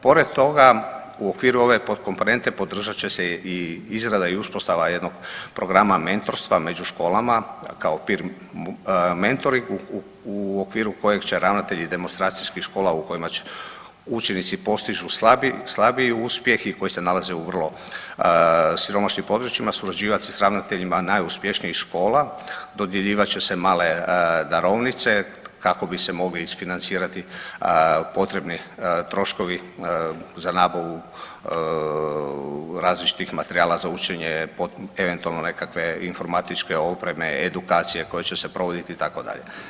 Pored toga u okviru ove pod komponente podržat će se i izrada i uspostava jednog programa mentorstva među školama kao mentori u okviru kojeg će ravnatelji demonstracijskih škola u kojima učenici postižu slabiji uspjeh i koji se nalaze u vrlo siromašnim područjima surađivati s ravnateljima najuspješnijih škola, dodjeljivat će se male darovnice kako bi se mogli isfinancirati potrebni troškovi za nabavu različitih materijala za učenje, eventualno nekakve informatičke opreme, edukacije koje će se provoditi itd.